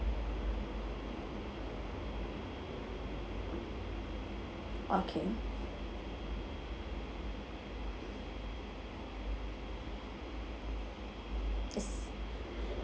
okay yes